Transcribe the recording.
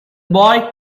boy